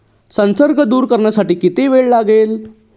संसर्ग दूर करण्यासाठी किती वेळ लागेल?